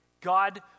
God